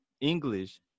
english